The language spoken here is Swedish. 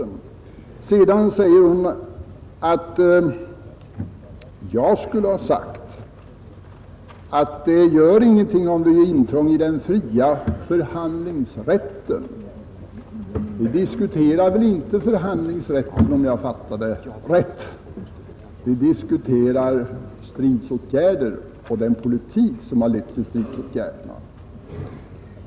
Fru Kristensson säger att jag skulle ha sagt att det ingenting gör om det blir ett intrång i den fria förhandlingsrätten. Om jag fattat detta rätt, diskuterar vi nu inte den fria förhandlingsrätten; vi diskuterar stridsåtgärder och den politik som lett till dem.